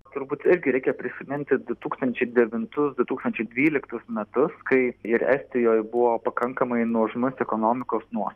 turbūt irgi reikia prisiminti du tūkstančiai devintus du tūkstančiai dvyliktus metus kai ir estijoj buvo pakankamai nuožmus ekonomikos nuo